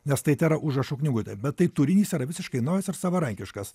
nes tai tėra užrašų knygutė bet taip turinys yra visiškai naujas ir savarankiškas